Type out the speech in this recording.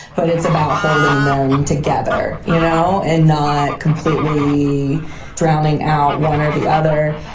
but it's about holding them together, you know, and not completely drowning out one or the other.